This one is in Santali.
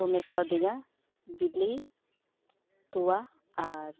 ᱢᱮᱛᱟ ᱫᱤᱧᱟ ᱵᱮᱞᱮ ᱛᱚᱣᱟ ᱟᱨ